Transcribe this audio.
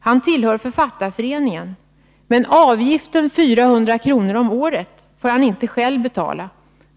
Han tillhör Författarföreningen, men avgiften, 400 kr. om året, får han inte själv betala.